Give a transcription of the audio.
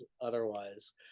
otherwise